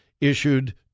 issued